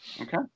Okay